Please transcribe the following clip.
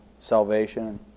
salvation